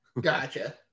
Gotcha